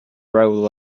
rahul